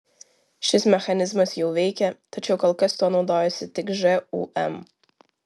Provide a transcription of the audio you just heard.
šis mechanizmas jau veikia tačiau kol kas tuo naudojasi tik žūm